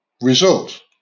result